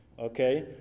Okay